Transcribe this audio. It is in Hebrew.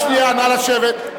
רק שנייה, נא לשבת.